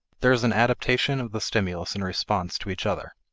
there is an adaptation of the stimulus and response to each other.